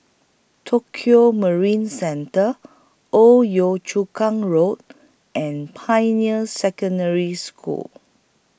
Tokio Marine Centre Old Yio Chu Kang Road and Pioneer Secondary School